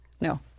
No